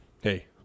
hey